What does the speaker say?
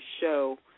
show